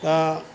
दा